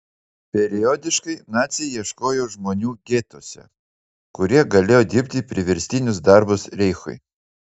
periodiškai naciai ieškojo žmonių getuose kurie galėjo dirbti priverstinius darbus reichui